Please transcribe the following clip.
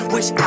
Wish